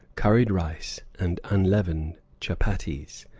curried rice, and unleavened chuppatties.